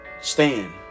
stand